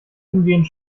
umgehend